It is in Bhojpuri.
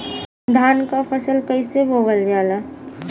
धान क फसल कईसे बोवल जाला?